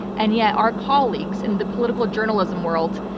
and yet our colleagues in the political journalism world,